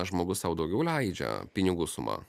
žmogus sau daugiau leidžia pinigų suma